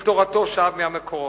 את תורתו שאב מהמקורות.